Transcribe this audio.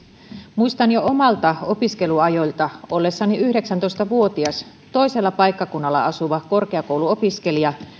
muistan jo omilta opiskeluajoiltani ollessani yhdeksäntoista vuotias toisella paikkakunnalla asuva korkeakouluopiskelija